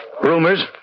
Rumors